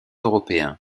européens